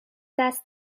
دست